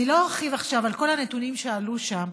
אני לא ארחיב עכשיו על כל הנתונים שעלו שם,